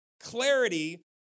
clarity